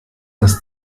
das